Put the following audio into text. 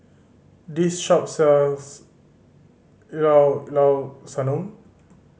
this shop sells Llao Llao Sanum